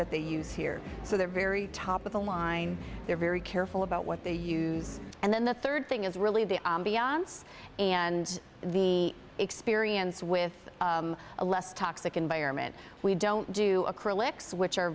that they use here so they're very top of the line they're very careful about what they use and then the third thing is really the beyond's and the experience with a less toxic environment we don't do acrylics which are